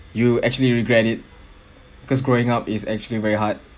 you actually regret it because growing up is actually very hard